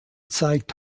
zeigt